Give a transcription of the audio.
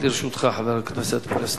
חבר הכנסת פלסנר,